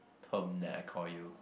term that I call you